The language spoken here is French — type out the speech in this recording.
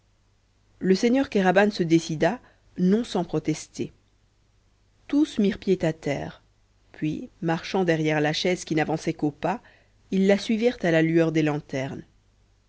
le seigneur kéraban se décida non sans protester tous mirent pied à terre puis marchant derrière la chaise qui n'avançait qu'au pas ils la suivirent à la lueur des lanternes